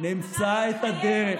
שנמצא את הדרך,